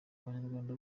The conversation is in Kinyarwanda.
abanyarwanda